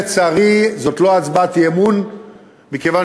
לצערי זאת לא הצבעת אי-אמון מכיוון